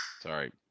Sorry